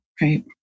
Right